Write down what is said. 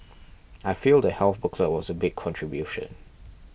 I feel the health booklet was a big contribution